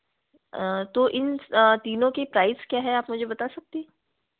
तो इन तीनों की प्राइज क्या है आप मुझे बता सकती